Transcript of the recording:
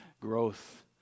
growth